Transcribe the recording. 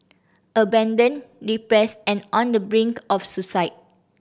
abandoned depressed and on the brink of suicide